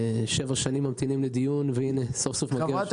כבר שבע שנים ממתינים לדיון והנה סוף-סוף הוא מגיע.